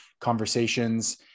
conversations